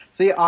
See